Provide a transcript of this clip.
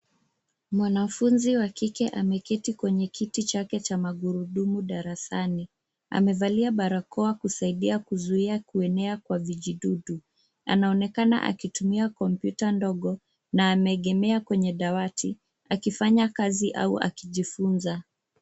Mwanafunzi wa kike ameketi kwenye kiti chake cha magurudumu darasani, amevalia barakoa kusaidia kuzuia kuenea kwa vijidudu. Anaonekana akitumia kompyuta ndogo na ameegemea kwenye dawati akifanya kazi au akujifunza.